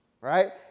right